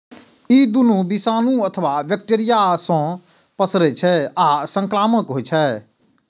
ई दुनू विषाणु अथवा बैक्टेरिया सं पसरै छै आ संक्रामक होइ छै